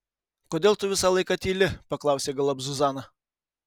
kodėl tu visą laiką tyli paklausė galop zuzana